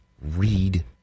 read